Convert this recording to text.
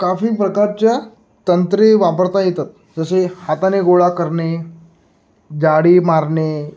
काफी प्रकारच्या तंत्रे वापरता येतात जसे हाताने गोळा करणे जाळी मारणे